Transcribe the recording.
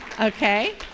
Okay